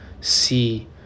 See